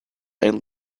and